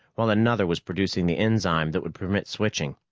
while another was producing the enzyme that would permit switching.